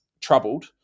troubled